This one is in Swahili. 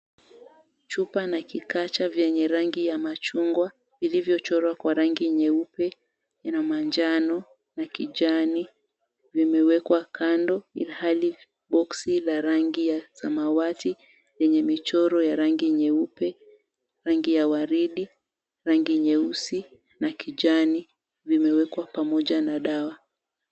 Chupa na kikacha vyenye rangi ya machungwa vilivyochorwa kwa rangi nyeupe ina manjano na kijani, vimewekwa kando, ilhali boksi la rangi ya samawati yenye michoro ya rangi nyeupe, rangi ya waridi rangi, nyeusi na kijani, vimewekwa pamoja na dawa.